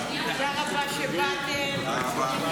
ההצעה להעביר את הצעת חוק למניעת העסקה במוסדות מסוימים